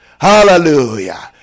Hallelujah